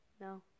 No